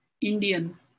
Indian